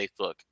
facebook